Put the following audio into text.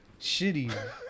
shitty